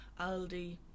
Aldi